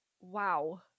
wow